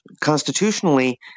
constitutionally